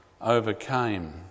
overcame